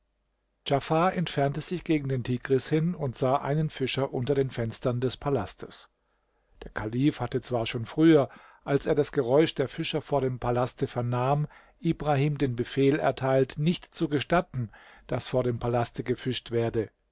djafar entfernte sich gegen den tigris hin und sah einen fischer unter den fenstern des palastes der kalif hatte zwar schon früher als er das geräusch der fischer vor dem palaste vernahm ibrahim den befehl erteilt nicht zu gestatten daß vor dem palaste gefischt werde